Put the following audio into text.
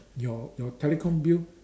your your telecom bill